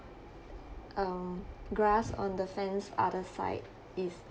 um grass on the fence other side is